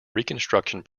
reconstruction